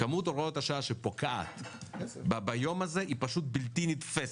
כמות הוראות השעה שפוקעות ביום הזה היא פשוט בלתי נתפסת.